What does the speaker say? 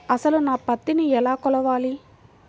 అసలు నా పత్తిని ఎలా కొలవాలి?